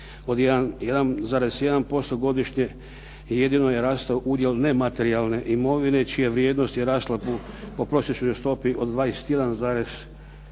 od 1,1% godišnje jedino je rastao udjel nematerijalne imovine čija vrijednost je rasla po prosječnoj stopi od 21,2%